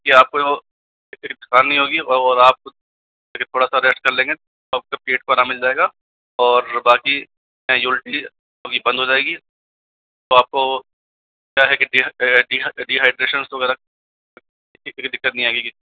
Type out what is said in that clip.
कि आपको यह थकान नहीं होगी और आप अगर थोड़ा सा रेस्ट कर लेंगे तो आपके पेट को आराम मिल जाएगा और बाकी उल्टी अभी बंद हो जाएगी तो आपको क्या है डी डीहाइड्रेशन वगैरह की दिक्कत नहीं आएगी